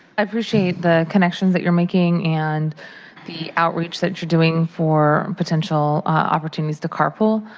i appreciate the connections that you're making, and the outreach that you're doing for potential opportunities to car pool.